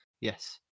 Yes